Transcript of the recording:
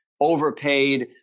overpaid